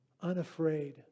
Unafraid